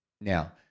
Now